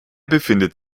befindet